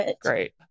great